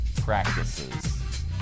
practices